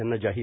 यांना जाहीर